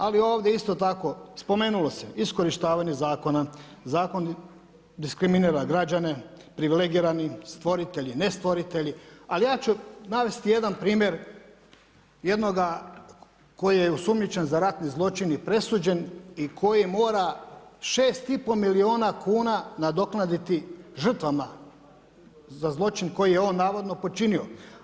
Ali, ovdje isto tako spomenulo se iskorištavanje zakona, zakon diskriminira građane, privilegirani stvoritelji, ne stvoritelji, ali ja ću navesti jedan primjer, jednoga koji je osumnjičen za ratni zločin i presuđen i koji mora 6,5 milijuna kuna nadoknaditi žrtvama, za zločin koji je on navodno počinio.